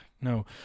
No